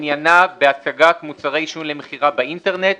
עניינה בהצגת מוצרי עישון למכירה באינטרנט.